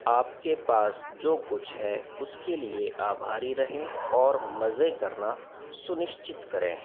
आपके पास जो कुछ है उसके लिए आभारी रहें और मज़े करना सुनिश्चित करें